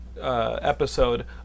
episode